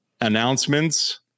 announcements